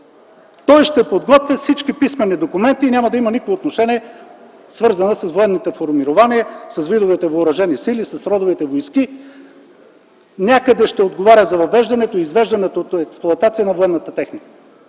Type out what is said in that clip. Той ще подготвя всички писмени документи и няма да има никакво отношение, свързано с военните формирования, с видовете въоръжени сили, с родовете войски. Някъде ще отговаря за въвеждането и извеждането от експлоатация на военната техника.